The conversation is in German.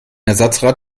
ersatzrad